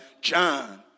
John